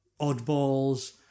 oddballs